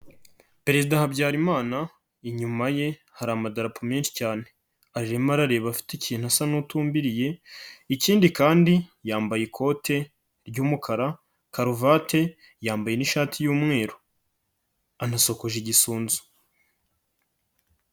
Perezida Habyarimana, inyuma ye hari amadarapo menshi cyane, arimo arareba afite ikintu asa n'utubiriye, ikindi kandi yambaye ikote ry'umukara, karuvati, yambaye n'ishati y'umweru, anasokoje igisunzu.